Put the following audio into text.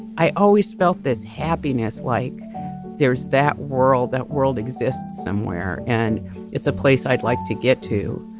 i always felt this happiness like there's that world. that world exists somewhere and it's a place i'd like to get to.